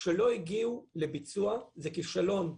שלא הגיעו לביצוע, זה כישלון.